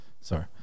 Sorry